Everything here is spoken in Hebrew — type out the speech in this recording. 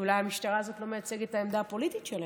שאולי המשטרה הזו לא מייצגת את העמדה הפוליטית שלהם.